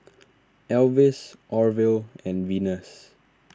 Elvis Orvil and Venus